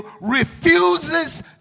refuses